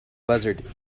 buzzard